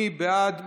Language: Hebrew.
מי בעד?